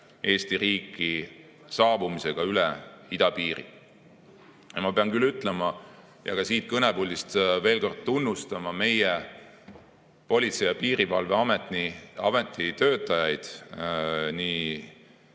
Eesti riiki saabumisega üle idapiiri. Ma pean küll siit kõnepuldist veel kord tunnustama meie Politsei‑ ja Piirivalveameti töötajaid, nii